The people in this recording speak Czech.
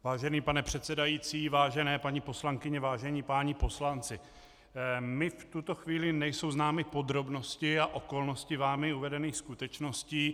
Vážený pane předsedající, vážené paní poslankyně, vážení páni poslanci, mě v tuto chvíli nejsou známy podrobnosti a okolnosti vámi uvedených skutečností.